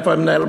איפה הם נעלמו?